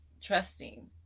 trusting